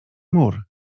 mur